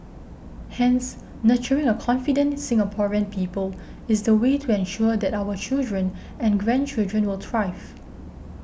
hence nurturing a confident Singaporean people is the way to ensure that our children and grandchildren will thrive